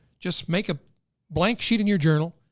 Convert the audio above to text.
just make a blank sheet in your journal.